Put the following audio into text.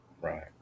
Right